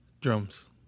Drums